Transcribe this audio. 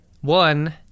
One